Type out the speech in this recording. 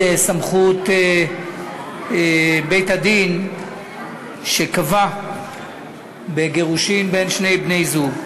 סמכות בית-הדין שקבע בגירושין בין שני בני-זוג,